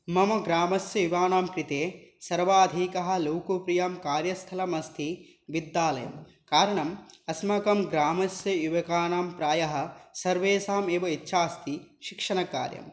मम ग्रामस्य यूनां कृते सर्वाधिकं लोकप्रियं कार्यस्थलमस्ति विद्यालयः कारणम् अस्माकं ग्रामस्य युवकानां प्रायः सर्वेषामेव इच्छा अस्ति शिक्षणकार्यं